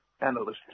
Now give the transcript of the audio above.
analysts